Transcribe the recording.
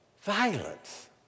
violence